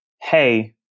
hey